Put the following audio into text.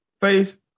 Face